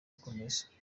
gukomeza